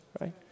right